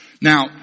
Now